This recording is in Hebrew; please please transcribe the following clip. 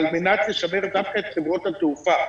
על מנת לשמר דווקא את חברות התעופה.